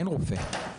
אין רופא.